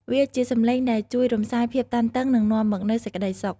វាជាសំឡេងដែលជួយរំលាយភាពតានតឹង និងនាំមកនូវសេចក្តីសុខ។